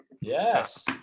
Yes